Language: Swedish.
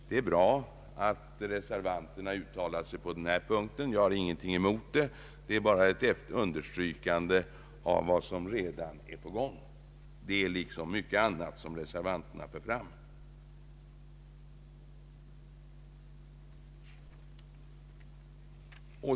Det är bra att reservanterna uttalar sig på denna punkt, och jag har ingenting att invända emot deras förslag. Vad jag sagt är bara ett understrykande av vad som redan är på gång, liksom mycket annat som reservanterna i dag för fram.